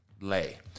lay